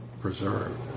preserved